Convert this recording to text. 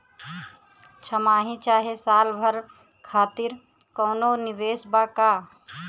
छमाही चाहे साल भर खातिर कौनों निवेश बा का?